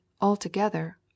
altogether